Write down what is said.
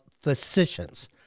physicians